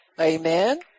Amen